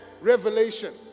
revelation